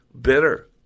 bitter